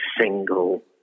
single